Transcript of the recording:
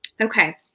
Okay